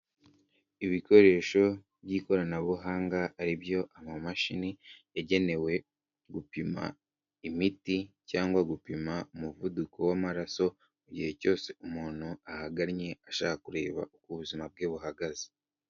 Ibikoresho by'ikoranabuhanga, ari byo amamashini yagenewe gupima imiti cyangwa gupima umuvuduko w'amaraso, mu gihe cyose umuntu ahaganye ashaka kureba uko ubuzima bwe buhagaze.